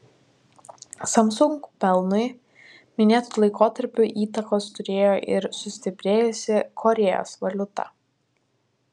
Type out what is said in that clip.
samsung pelnui minėtu laikotarpiu įtakos turėjo ir sustiprėjusi korėjos valiuta